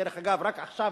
דרך אגב, רק עכשיו